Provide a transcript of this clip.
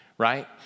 right